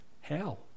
Hell